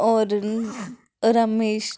होर रामेश